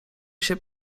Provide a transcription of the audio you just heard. się